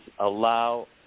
allow